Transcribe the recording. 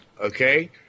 okay